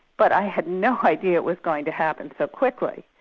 but i had no idea it was going to happen so quickly.